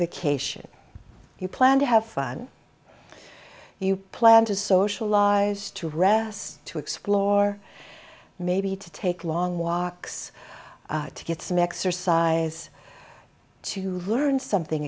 vacation you plan to have fun you plan to socialize to read us to explore maybe to take long walks to get some exercise to learn something